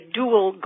dual